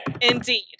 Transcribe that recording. Indeed